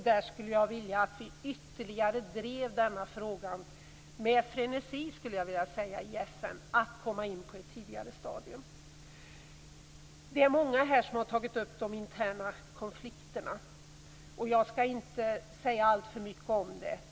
Där skulle jag vilja att vi ytterligare med frenesi drev frågan i FN att komma in på ett tidigare stadium. Det är många här som har tagit upp de interna konflikterna. Jag skall inte säga alltför mycket om det.